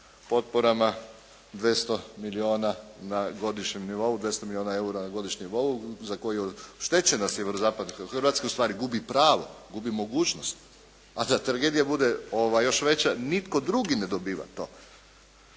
potporama, 200 milijuna na godišnjem nivou, 200 milijuna eura na godišnjem nivou, za koju je oštećena Sjeverozapadna Hrvatska, ustvari gubi pravo, gubi mogućnost. A da tragedija bude još veća, nitko drugi ne dobiva to.